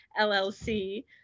LLC